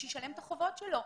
שישלם את החובות שלו.